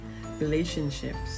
relationships